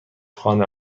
خانه